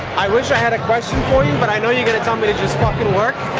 i wish i had a question for you, but i know you're gonna tell me to just fuckin' work.